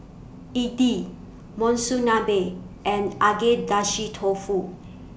Idili Monsunabe and Agedashi Dofu